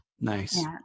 Nice